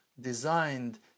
designed